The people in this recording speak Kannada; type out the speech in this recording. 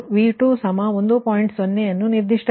0 ಅನ್ನು ನಿರ್ದಿಷ್ಟಪಡಿಸಲಾಗಿದೆ